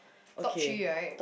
top three right